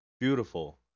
Beautiful